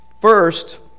first